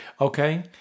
Okay